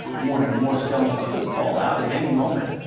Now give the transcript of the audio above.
warning more stones could fall out at any moment.